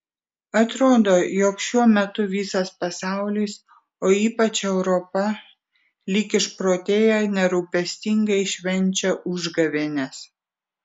atrodo jog šiuo metu visas pasaulis o ypač europa lyg išprotėję nerūpestingai švenčia užgavėnes